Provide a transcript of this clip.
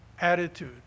attitude